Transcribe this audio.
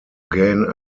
gain